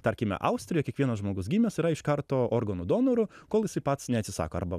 tarkime austrija kiekvienas žmogus gimęs yra iš karto organų donoru kol jisai pats neatsisako arba